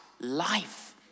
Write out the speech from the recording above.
life